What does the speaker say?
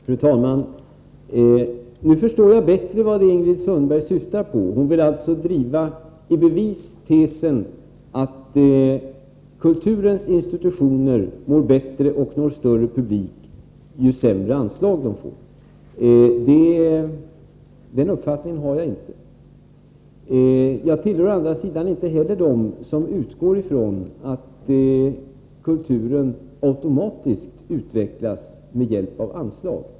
Fru talman! Nu förstår jag bättre vad Ingrid Sundberg syftar på. Hon vill alltså driva tesen att kulturens institutioner mår bättre och når en större publik ju sämre anslag de får. Den uppfattningen har inte jag. Jag tillhör å andra sidan inte heller dem som utgår från att kulturen automatiskt utvecklas med hjälp av anslag.